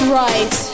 right